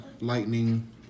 Lightning